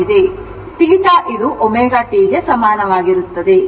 ಆದ್ದರಿಂದ θ ಇದು ω t ಗೆ ಸಮಾನವಾಗಿರುತ್ತದೆ